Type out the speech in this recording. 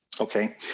Okay